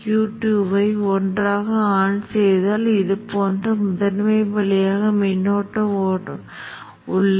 இப்போது இண்டக்டர் அலை வடிவத்தின் சராசரி Io என்று வைத்துக்கொள்வோம் அது முதன்மை சுவிட்ச் மின்னோட்டத்தின் தட்டையான மேல் பகுதிக்கு சமமான n மடங்கு Io ஆக வரும்